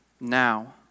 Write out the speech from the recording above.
now